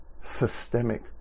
systemic